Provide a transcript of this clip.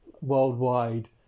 worldwide